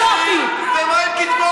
מה זה, קייטנה?